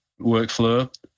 workflow